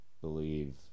believe